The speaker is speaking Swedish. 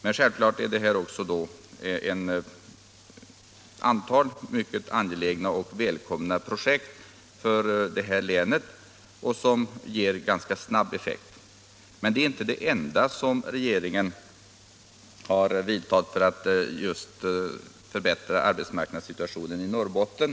Men självklart är det ett antal för detta län mycket angelägna och välkomna projekt som ger ganska snabb effekt. Det är emellertid inte den enda åtgärd som regeringen har vidtagit för att förbättra arbetsmarknadssituationen i Norrbotten.